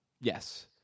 Yes